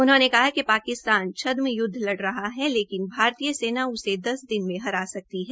उन्होंने कहा कि पाकिस्तान छदम य्दव लड़ रहा है लेकिन भारतीय सेना उसे दस दिन में हरा सकती है